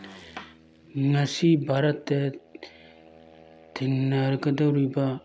ꯉꯁꯤ ꯚꯥꯔꯠꯇ ꯊꯦꯡꯅꯒꯗꯧꯔꯤꯕ